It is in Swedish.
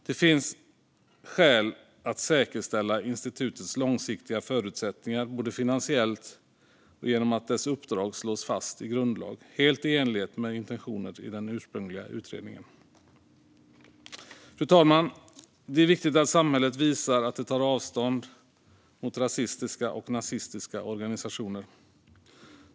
Det finns skäl att säkerställa institutets långsiktiga förutsättningar både finansiellt och genom att dess uppdrag slås fast i grundlag, helt i enlighet med intentionerna i den ursprungliga utredningen. Fru talman! Det är viktigt att samhället visar att det tar avstånd från rasistiska och nazistiska organisationer.